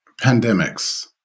Pandemics